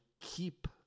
keep